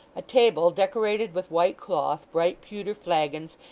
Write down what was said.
a table decorated with white cloth, bright pewter flagons,